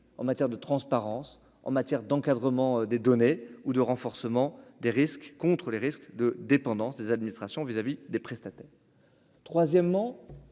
en matière de transparence en matière d'encadrement des données ou de renforcement des risques contre les risques de dépendance des administrations vis-à-vis des prestataires, troisièmement